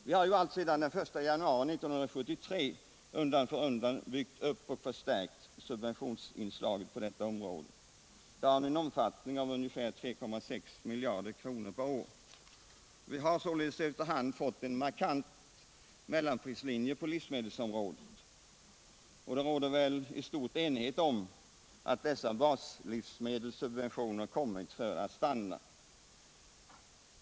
Vi har ju alltsedan den 1 januari 1973 undan för undan byggt upp och förstärkt subventionsinslaget på detta område. Subventionerna har nu en omfattning av 3,6 miljarder kronor per år. Vi har således efter hand fått en rätt markant mellanprislinje på livsmedelsområdet, och det råder väl i stort enighet om att dessa baslivsmedelssubventioner kommit för att stanna.